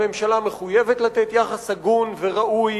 הממשלה חייבת לתת יחס הגון וראוי